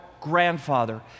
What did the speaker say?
grandfather